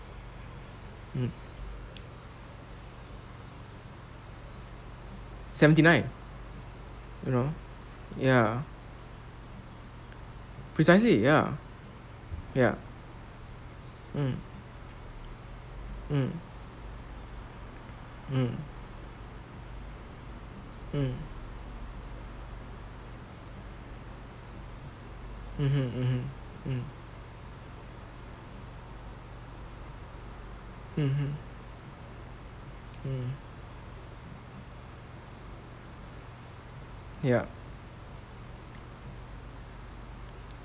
mm seventy nine you know ya precisely ya ya mm mm mm mm mmhmm mmhmm mm mmhmm mm yup